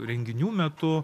renginių metu